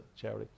charity